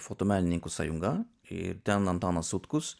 fotomenininkų sąjunga ir ten antanas sutkus